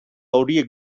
horiek